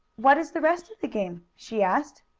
what is the rest of the game? she asked.